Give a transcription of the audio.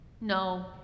No